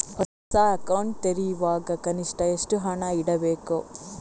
ಹೊಸ ಅಕೌಂಟ್ ತೆರೆಯುವಾಗ ಕನಿಷ್ಠ ಎಷ್ಟು ಹಣ ಇಡಬೇಕು?